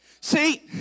See